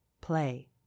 Play